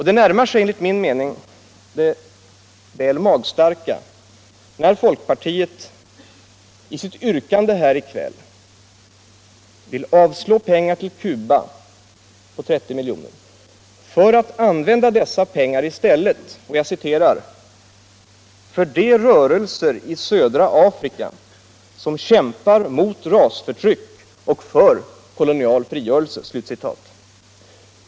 Det närmar sig enligt min mening det väl magstarka när folkpartiet i sitt yrkande här vill avslå begäran om pengar till Cuba, 30 milj.kr., för att i stället använda dessa pengar till länder i södra Afrika och för ”de rörelser i detta område som verkar mot rasförtryck och för kolonial frigörelse”.